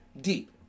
deep